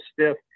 stiff